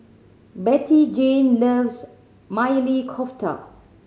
Bettyjane loves Maili Kofta